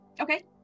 Okay